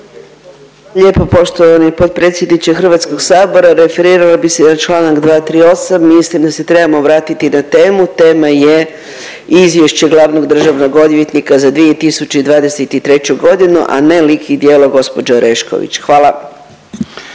lijepo poštovani potpredsjedniče HS-a. Referirala bi se na čl. 238. mislim da se trebamo vratiti na temu, tema je Izvješće glavnog državnog odvjetnika za 2023.g., a ne lik i djelo gospođe Orešković. Hvala.